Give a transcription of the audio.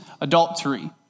adultery